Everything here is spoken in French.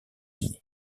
unis